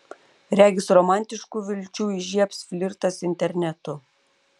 regis romantiškų vilčių įžiebs flirtas internetu